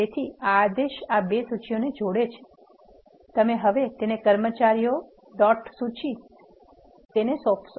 તેથી આ આદેશ આ બે સૂચિઓને જોડે છે તમે હવે તેને કર્મચારી ડોટ સૂચિને સોંપશો